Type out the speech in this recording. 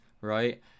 right